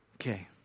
Okay